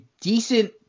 decent